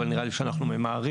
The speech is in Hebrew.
אבל נראה לי שאנחנו ממהרים.